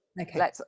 okay